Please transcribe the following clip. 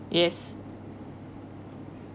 yes